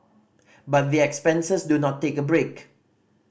but the expenses do not take a break